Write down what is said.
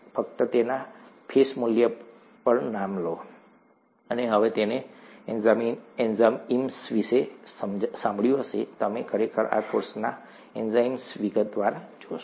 ફક્ત તેના ફેસ મૂલ્ય પર નામ લો અને હવે તમે એન્ઝાઇમ્સ વિશે સાંભળ્યું હશે તમે ખરેખર આ કોર્સમાં એન્ઝાઇમ્સ વિગતવાર જોશો